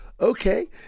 okay